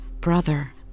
brother